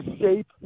shape